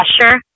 pressure